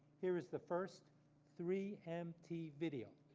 here is the first three mt video.